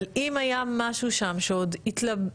אבל אם היה משהו שם שעוד התלבטתי,